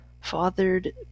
fathered